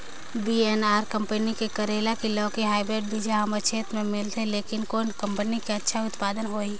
VNR company के करेला की लौकी हाईब्रिड बीजा हमर क्षेत्र मे मिलथे, लेकिन कौन कंपनी के अच्छा उत्पादन होही?